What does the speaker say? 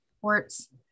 ports